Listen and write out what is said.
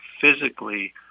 physically